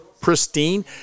pristine